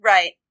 Right